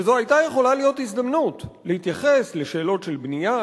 וזו היתה יכולה להיות הזדמנות להתייחס לשאלות של בנייה,